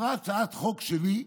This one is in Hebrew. עברה הצעת חוק שלי,